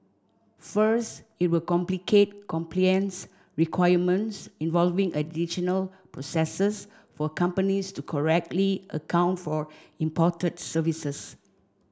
first it will complicate compliance requirements involving additional processes for companies to correctly account for imported services